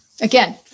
again